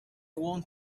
want